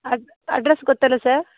ಅಡ್ಡ ಅಡ್ರಸ್ ಗೊತ್ತಲ್ಲ ಸರ್